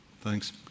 thanks